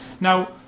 now